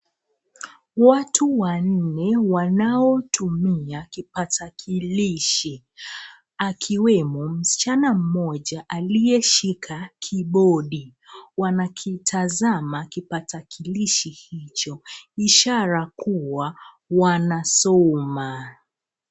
Watu wanne wanaotumia kipatakilishi, akiwemo msichana mmoja aliyeshika kibodi. Wanakitazama kipatakilishi hicho, ishara kuwa wanasoma.